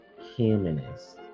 humanist